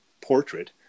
portrait